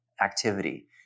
activity